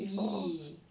!ee!